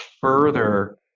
further